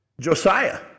Josiah